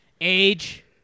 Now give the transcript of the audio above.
Age